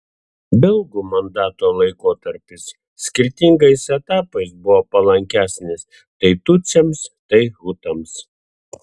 belgų mandato laikotarpis skirtingais etapais buvo palankesnis tai tutsiams tai hutams